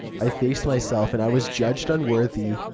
i faced myself and i was judged unworthy.